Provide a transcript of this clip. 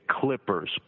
Clippers